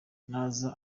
naza